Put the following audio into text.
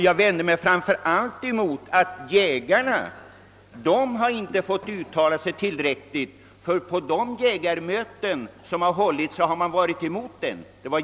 Jag vände mig framför allt mot att jägarna inte fått uttala sig mera ingående, ty på de möten som hållits har jägarna varit mot denna jakt.